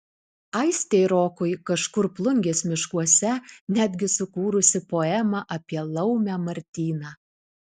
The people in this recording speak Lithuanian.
aistė rokui kažkur plungės miškuose netgi sukūrusi poemą apie laumę martyną